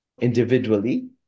individually